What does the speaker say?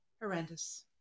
Horrendous